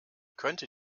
könnte